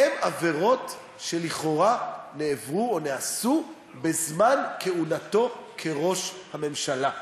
הן עבירות שלכאורה נעברו או נעשו בזמן כהונתו כראש הממשלה.